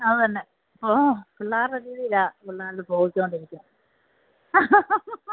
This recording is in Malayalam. ആ അതുതന്നെ ഓ പിള്ളേരുടെ രീതിയിലാണ് പിള്ളേര് പോയിക്കൊണ്ടിരിക്കുന്നത്